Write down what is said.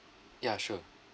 ya sure